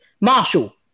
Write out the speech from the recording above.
Marshall